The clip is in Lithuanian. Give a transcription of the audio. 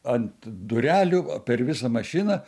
ant durelių per visą mašiną